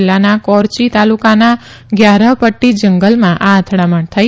જિલ્લાના કોરચી તાલુકાના ગ્યારહ્મ ટ્ટી જંગલમાં આ અથડામણ થઇ